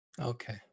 Okay